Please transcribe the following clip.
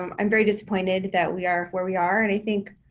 um i'm very disappointed that we are where we are. and i think